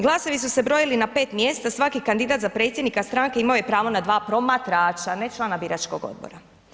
Glasovi su se brojili na 5 mjesta, svaki kandidat za predsjednika stranke imao pravo na dva promatrača, ne člana biračkog odbora.